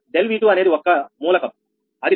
∆𝑉2 అనేది ఒక మూలకం అది ∆Q20dQ2dV2